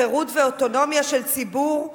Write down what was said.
לחירות ולאוטונומיה של ציבור,